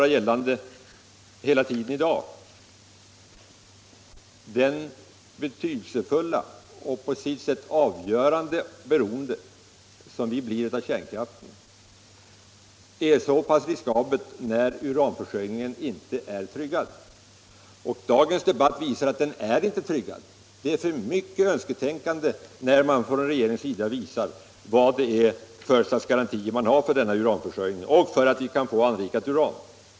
Jag har hela tiden i dag velat göra gällande att det ligger för mycket önsketänkande i det slags garantier som man från regeringens sida redovisar när det gäller uranförsörjningen och möjligheten att få anrikat uran.